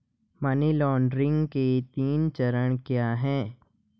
Money laundering के तीन चरण क्या हैं?